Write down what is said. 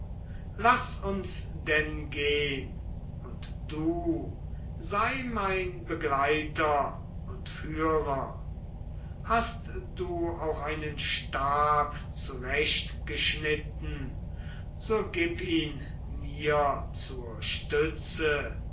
laß uns denn gehn und du sei mein begleiter und führer hast du auch einen stab zurecht geschnitten so gib ihn mir zur stütze